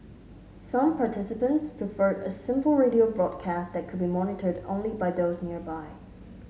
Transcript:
some participants preferred a simple radio broadcast that could be monitored only by those nearby